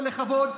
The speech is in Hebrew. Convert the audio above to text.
בכבודו,